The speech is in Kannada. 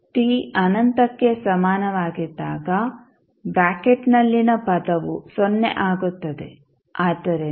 t ಅನಂತಕ್ಕೆ ಸಮಾನವಾಗಿದ್ದಾಗ ಬ್ರಾಕೆಟ್ನಲ್ಲಿನ ಪದವು ಸೊನ್ನೆ ಆಗುತ್ತದೆ ಆದ್ದರಿಂದ